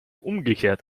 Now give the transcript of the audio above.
umgekehrt